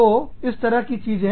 तो इस तरह की चीजें